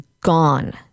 gone